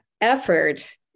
effort